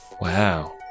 Wow